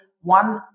one